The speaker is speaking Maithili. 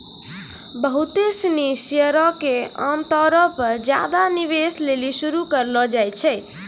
बहुते सिनी शेयरो के आमतौरो पे ज्यादे निवेश लेली शुरू करलो जाय छै